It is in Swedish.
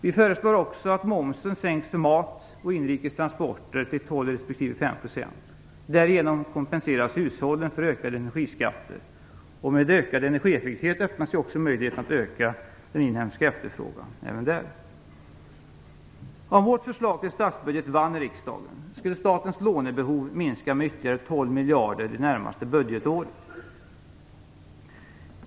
Vi föreslår också att momsen sänks för mat och inrikestransporter till 12 respektive 5 %. Därigenom kompenseras hushållen för ökade energiskatter, och med ökad energieffektivitet öppnas också möjligheter att öka den inhemska efterfrågan. Om vårt förslag till statsbudget vann i riksdagen skulle statens lånebehov minska med ytterligare 12 miljarder det närmaste budgetåret.